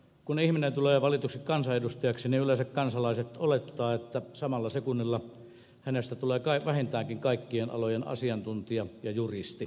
kun ihminen tulee valituksi kansanedustajaksi yleensä kansalaiset olettavat että samalla sekunnilla hänestä tulee vähintäänkin kaikkien alojen asiantuntija ja juristi